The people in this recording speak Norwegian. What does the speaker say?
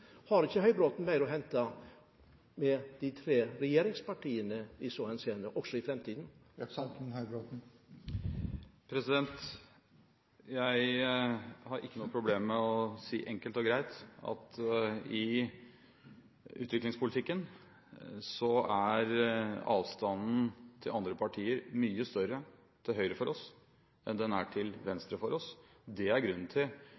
Har ikke Høybråten mer å hente hos de tre regjeringspartiene i så henseende, også i framtiden? Jeg har ikke noe problem med å si, enkelt og greit, at i utviklingspolitikken er avstanden mye større til partier til høyre for oss enn den er til partier til venstre for oss. Det er grunnen til,